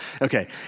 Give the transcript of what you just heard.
Okay